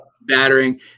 battering